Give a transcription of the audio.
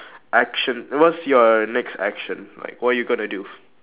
action what's your next action like what you're gonna do